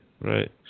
right